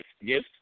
Yes